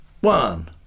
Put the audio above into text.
one